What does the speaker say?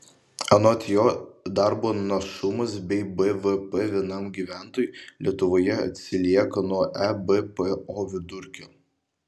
anot jo darbo našumas bei bvp vienam gyventojui lietuvoje atsilieka nuo ebpo vidurkio